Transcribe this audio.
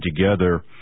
together